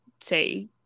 say